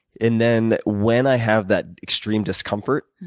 and then when i have that extreme discomfort,